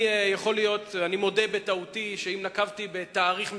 אני מודה בטעותי, ואם נקבתי בתאריך מסוים,